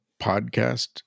podcast